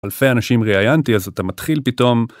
אלפי אנשים ראיינתי אז אתה מתחיל פתאום.